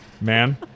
man